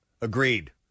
agreed